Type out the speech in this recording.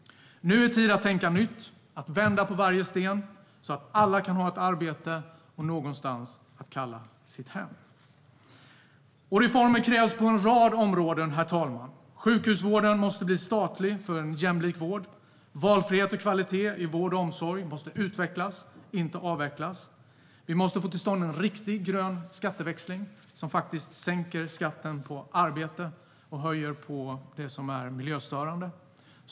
Nu är tid att tänka nytt och att vända på varje sten, så att alla kan ha ett arbete och någon plats att kalla sitt hem. Herr talman! Reformer krävs på en rad områden. Sjukhusvården måste bli statlig för en jämlik vård. Valfrihet och kvalitet i vård och omsorg måste utvecklas och inte avvecklas. Vi måste få till stånd en riktig grön skatteväxling som faktiskt sänker skatten på arbete och höjer den på det som är miljöstörande.